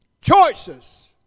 Choices